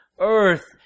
earth